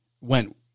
went